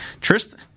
Tristan